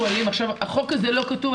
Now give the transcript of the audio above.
החוק הזה לא כתוב,